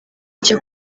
icyo